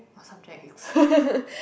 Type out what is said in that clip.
what subject it's